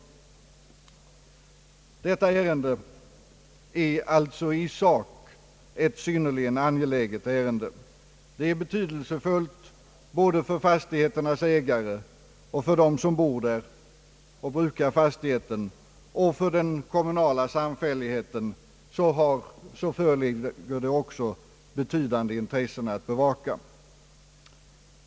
Detta ärende är alltså i sak synnerligen angeläget både för fastigheternas ägare och för dem som bebor och brukar fastigheterna. Även för den kommunala samfälligheten föreligger betydande intressen att bevaka.